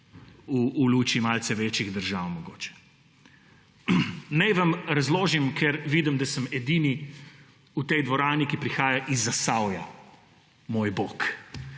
V luči malce večjih držav mogoče. Naj vam razložim, ker vidim, da sem edini v tej dvorani, ki prihaja iz Zasavja. Moj bog,